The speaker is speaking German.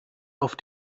auf